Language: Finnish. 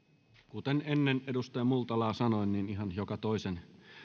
kuten ennen edustaja multalaa sanoin ihan joka toisen